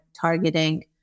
targeting